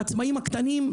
העצמאים הקטנים,